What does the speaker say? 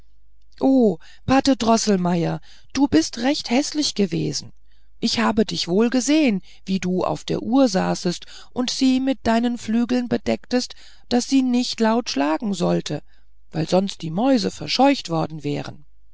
o pate droßelmeier du bist recht häßlich gewesen ich habe dich wohl gesehen wie du auf der uhr saßest und sie mit deinen flügeln bedecktest daß sie nicht laut schlagen sollte weil sonst die mäuse verscheucht worden wären